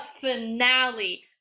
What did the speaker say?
finale